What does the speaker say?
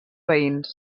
veïns